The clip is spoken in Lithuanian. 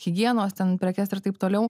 higienos ten prekes ir taip toliau